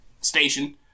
station